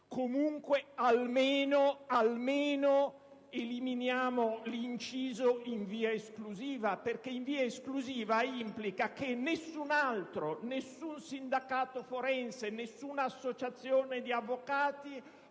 Comunque, almeno eliminiamo l'inciso «in via esclusiva», perché esso implica che nessun altro (nessun sindacato forense, nessuna associazione di avvocati)